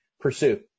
pursue